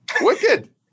Wicked